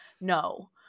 No